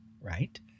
right